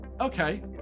Okay